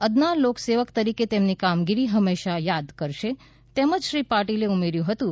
અદના લોક સેવક તરીકે તેમની કામગીરી લોકો હંમેશા યાદ કરશે તેમ શ્રી પાટિલે ઉમેર્યું હતું